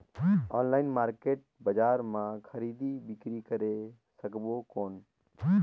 Online market बजार मां खरीदी बीकरी करे सकबो कौन?